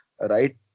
Right